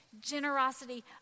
generosity